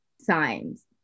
signs